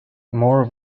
more